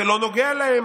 זה לא נוגע להם.